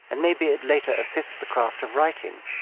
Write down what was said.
and maybe it later assists the craft of writing.